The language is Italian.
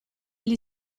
gli